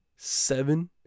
seven